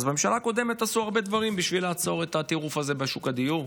אז בממשלה הקודמת עשו הרבה דברים בשביל לעצור את הטירוף הזה בשוק הדיור.